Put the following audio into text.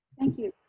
thank you,